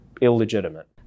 illegitimate